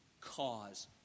cause